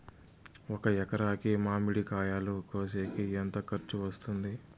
ఒక ఎకరాకి మామిడి కాయలు కోసేకి ఎంత ఖర్చు వస్తుంది?